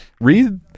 Read